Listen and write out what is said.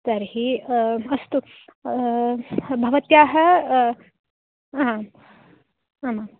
तर्हि अस्तु भवत्याः आम् आमाम्